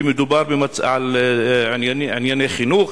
ומדובר על ענייני חינוך,